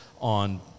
on